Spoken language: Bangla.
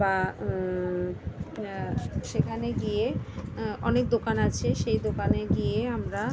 বা সেখানে গিয়ে অনেক দোকান আছে সেই দোকানে গিয়ে আমরা